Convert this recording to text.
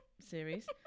series